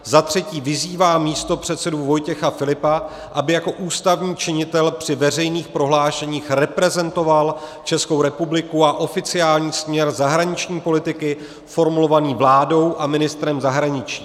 III. vyzývá místopředsedu Vojtěcha Filipa, aby jako ústavní činitel při veřejných prohlášeních reprezentoval Českou republiku a oficiální směr zahraniční politiky formulovaný vládou a ministrem zahraničí;